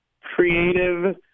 creative